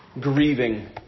grieving